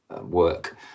work